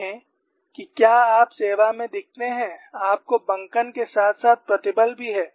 देखें कि क्या आप सेवा में दिखते हैं आपको बंकन के साथ साथ प्रतिबल भी है